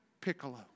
Piccolo